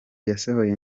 yasohoye